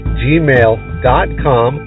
gmail.com